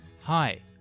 Hi